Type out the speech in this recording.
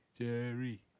Jerry